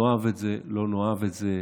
נאהב את זה, לא נאהב את זה,